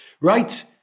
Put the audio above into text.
Right